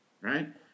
right